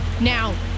Now